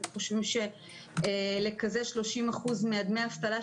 אנחנו חושבים שקיזוז של 30% מדמי האבטלה,